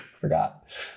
Forgot